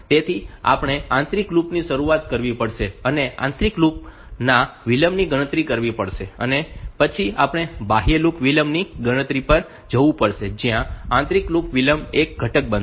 તેથી આપણે આંતરિક લૂપ થી શરૂઆત કરવી પડશે અને આંતરિક લૂપ ના વિલંબની ગણતરી કરવી પડશે અને પછી આપણે બાહ્ય લૂપ વિલંબની ગણતરી પર જવું પડશે જ્યાં આ આંતરિક લૂપ વિલંબ એક ઘટક બનશે